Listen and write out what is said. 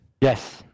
Yes